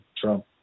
Trump